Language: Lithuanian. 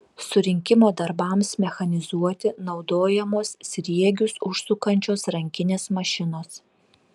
surinkimo darbams mechanizuoti naudojamos sriegius užsukančios rankinės mašinos